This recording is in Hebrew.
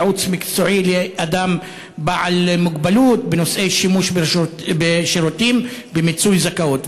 ייעוץ מקצועי לאדם בעל מוגבלות בנושא שימוש בשירותים ובמיצוי זכאות.